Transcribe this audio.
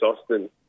Austin